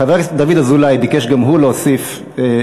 חבר הכנסת דוד אזולאי ביקש גם הוא להוסיף שאלה.